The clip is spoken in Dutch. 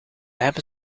hebben